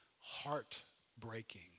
Heartbreaking